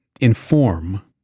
inform